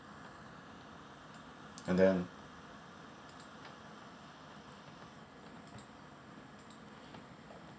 and then